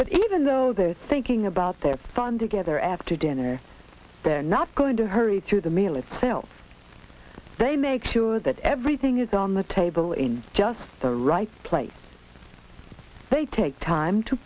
but even though they're thinking about their farm to gather after dinner they're not going to hurry through the meal itself they make sure that everything is on the table in just the right place they take time to